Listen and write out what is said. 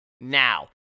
Now